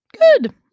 Good